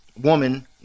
woman